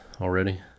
already